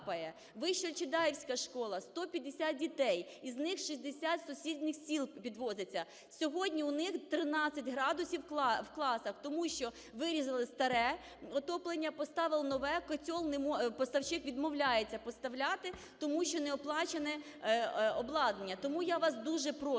Вищеольчедаївська школа, 150 дітей, із них 60 з сусідніх сіл підвозиться. Сьогодні у них 13 градусів в класах, тому що вирізали старе отоплення, поставили нове, котел... поставщик відмовляється поставляти, тому що не оплачене обладнання. Тому я вас дуже прошу